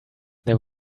there